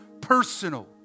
personal